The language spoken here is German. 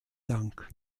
dank